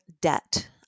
debt